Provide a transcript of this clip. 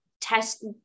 test